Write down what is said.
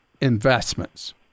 investments